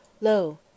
Lo